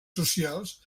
socials